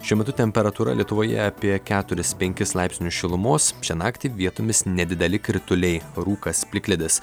šiuo metu temperatūra lietuvoje apie keturis penkis laipsnius šilumos šią naktį vietomis nedideli krituliai rūkas plikledis